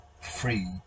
free